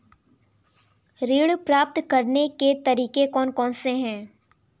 ऋण प्राप्त करने के तरीके कौन कौन से हैं बताएँ?